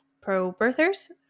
pro-birthers